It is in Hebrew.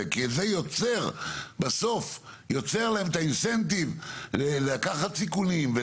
כי בסוף זה יוצר להם את התמריץ לקחת סיכונים,